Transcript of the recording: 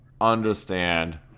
understand